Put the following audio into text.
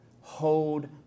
Hold